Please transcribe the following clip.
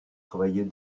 travailler